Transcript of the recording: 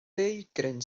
daeargryn